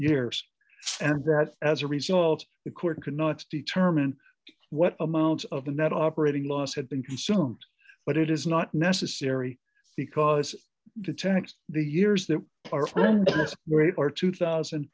years and grat as a result the court could not determine what amount of the net operating loss had been consumed but it is not necessary because the tax the years that were eight or two thousand